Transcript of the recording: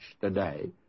today